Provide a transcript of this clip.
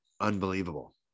unbelievable